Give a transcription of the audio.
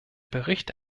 bericht